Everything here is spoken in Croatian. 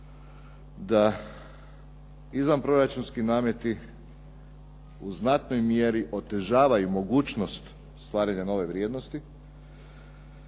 da izvanproračunski nameti u znatnoj mjeri otežavaju mogućnost stvaranja nove vrijednosti.